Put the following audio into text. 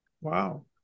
Wow